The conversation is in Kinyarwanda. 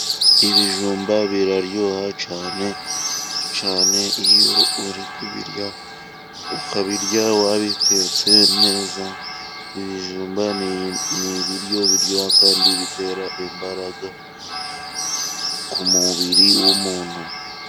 Ibijumba biraryoha cyan cyane iyo uri kubirya ukabirya wabi bitetse neza. Ibijumba n'ibiryo biryoha kandi bitera imbaraga ku mubiri w'umuntu.